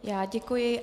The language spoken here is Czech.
Já děkuji.